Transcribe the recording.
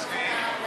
אני מסכים.